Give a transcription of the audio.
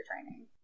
training